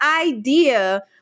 idea